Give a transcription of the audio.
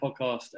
podcast